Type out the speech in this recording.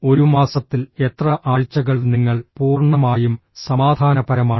ഒരു മാസത്തിൽ എത്ര ആഴ്ചകൾ നിങ്ങൾ പൂർണ്ണമായും സമാധാനപരമാണ്